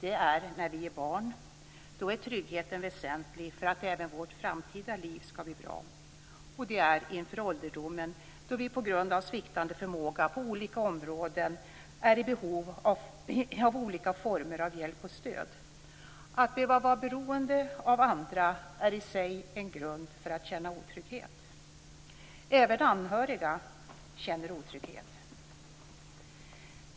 Det är när vi är barn då tryggheten är väsentlig för att även vårt framtida liv ska blir bra, och det är inför ålderdomen då vi på grund av sviktande förmåga på olika områden är i behov av olika former av hjälp och stöd. Att behöva vara beroende av andra är i sig en grund för att känna otrygghet. Även anhöriga känner otrygghet.